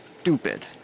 stupid